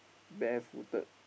barefooted